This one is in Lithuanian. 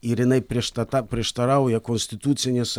ir jinai prieš tada prieštarauja konstitucinės